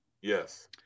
Yes